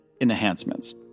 enhancements